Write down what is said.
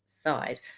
side